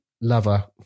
lover